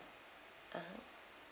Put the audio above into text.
uh